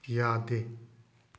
ꯌꯥꯗꯦ